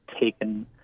taken –